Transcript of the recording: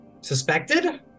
Suspected